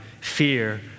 fear